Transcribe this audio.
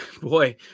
Boy